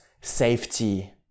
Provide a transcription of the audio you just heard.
safety